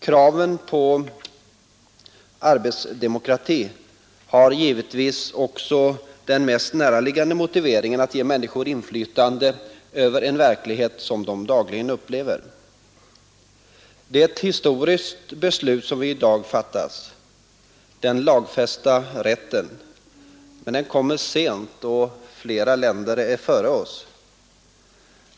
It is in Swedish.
Kraven på arbetsdemokrati har givetvis också den näraliggande motiveringen att ge människor inflytande över en verklighet som de dagligen upplever. Det är ett historiskt beslut som i dag kommer att fattas om lagfäst rätt till styrelserepresentation för de anställda, men det kommer sent och flera länder är före oss.